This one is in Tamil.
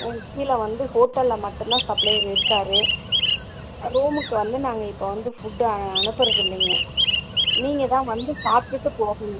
கீழே வந்து ஹோட்டலில் மட்டும் தான் சப்ளையர் இருக்கார் ரூமுக்கு வந்து நாங்கள் இப்போ வந்து ஃபுட்டு அனுப்புறதில்லைங்க நீங்கள் தான் வந்து சாப்பிடுட்டு போகணும்